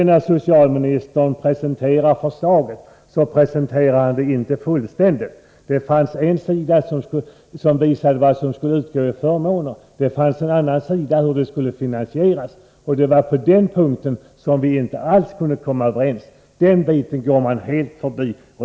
När socialministern sedan presenterar förslaget gör han det inte fullständigt. Det fanns en sida som visade vad som skulle utgå i förmåner. Det fanns också en annan sida som visade hur det skulle finansieras, och det var på den punkten som vi inte alls kunde komma överens. Den biten går man helt förbi.